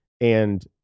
and-